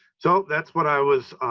so that's what i was,